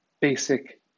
basic